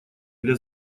для